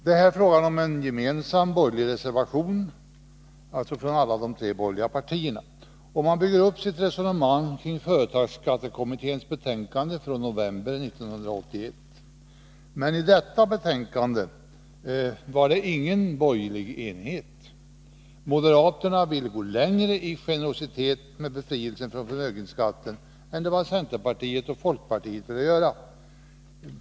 Det är här fråga om en gemensam reservation från de tre borgerliga partierna. Reservanterna bygger upp sitt resonemang kring företagsskattekommitténs betänkande från november 1981. Men i detta betänkande var det ingen borgerlig enighet. Moderaterna ville gå längre i generositet vad gäller befrielse från förmögenhetsskatt än centern och folkpartiet ville göra.